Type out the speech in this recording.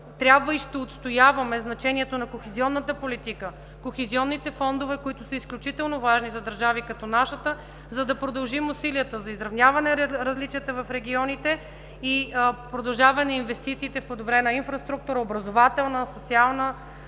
трябва и ще отстояваме значението на кохезионната политика, кохезионните фондове, които са изключително важни за държави като нашата, за да продължим усилията за изравняване различията в регионите и продължаване инвестициите в подобрена инфраструктура, образователна, социална,